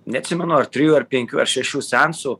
neatsimenu ar trijų ar penkių ar šešių seansų